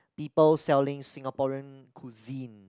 people selling Singaporean cuisine